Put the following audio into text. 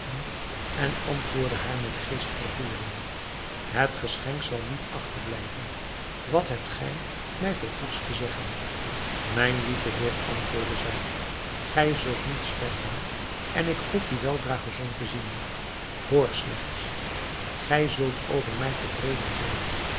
en antwoordde haar met geestvervoering het geschenk zal niet achterblijven wat hebt gij mij voor goeds te zeggen mijn lieve heer antwoordde zij gij zult niet sterven en ik hoop u weldra gezond te zien hoor slechts gij zult over mij tevreden zijn